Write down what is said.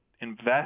invest